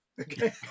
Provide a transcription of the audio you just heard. Okay